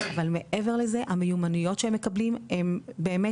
אבל מעבר לזה המיומנויות שהם מקבלים הם באמת